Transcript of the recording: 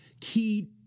key